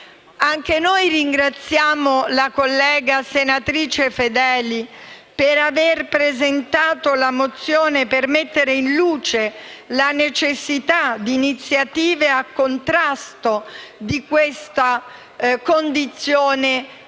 Anche noi ringraziamo la collega senatrice Fedeli per aver presentato una mozione che mette in luce la necessità di iniziative di contrasto ai matrimoni forzati